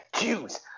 Jews